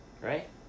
right